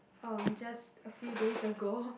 um just few days ago